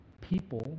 people